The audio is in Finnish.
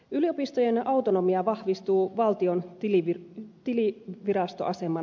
yliopistojen autonomia vahvistuu valtion tilivirastoaseman lakatessa